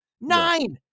Nine